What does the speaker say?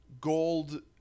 gold